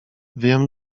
wiem